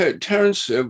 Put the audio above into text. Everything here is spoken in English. terence